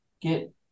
get